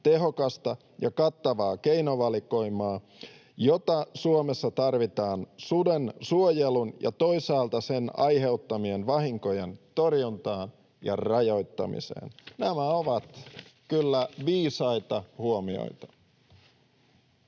tehokasta ja kattavaa keinovalikoimaa, jota Suomessa tarvitaan suden suojeluun ja toisaalta sen aiheuttamien vahinkojen torjuntaan ja rajoittamiseen. Nämä ovat kyllä viisaita huomioita.